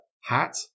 hat